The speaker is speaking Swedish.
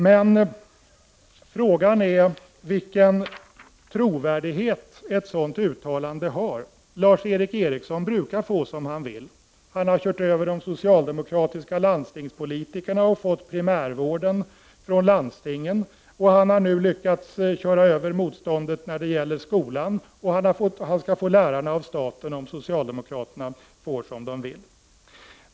Men frågan är vilken trovärdighet ett sådant uttalande har. Lars Eric Ericsson brukar få som han vill. Han har kört över de socialdemokratiska landstingspolitikerna och så att säga fått primärvården från landstingen, och han har nu lyckats köra över motståndet när det gäller skolan, och han skall så att säga få lärarna av staten om socialdemokraterna får som de vill.